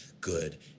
good